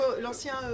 L'ancien